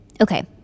Okay